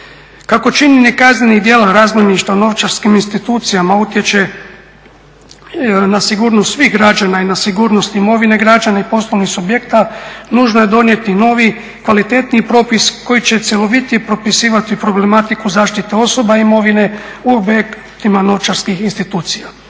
Kako činjenje kaznenih djela razbojništva novčarskim institucijama utječe na sigurnost svih građana i na sigurnost imovine građana i poslovnih subjekta, nužno je donijeti novi, kvalitetniji propis koji će cjelovitije propisivati problematiku zaštite osoba i imovine u objektima novčarskih institucija.